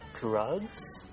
drugs